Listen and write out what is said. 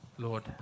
Lord